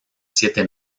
siete